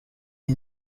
iki